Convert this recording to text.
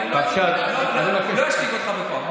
אני לא אשתיק אותך בכוח.